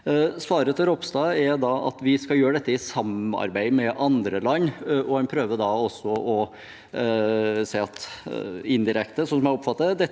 Svaret til Ropstad er at vi skal gjøre dette i samarbeid med andre land, og en prøver